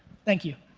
thank you.